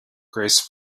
grace